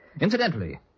Incidentally